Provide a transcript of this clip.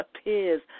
appears